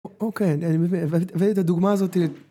אוקיי אני מבין ואת הדוגמה הזאת